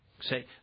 Say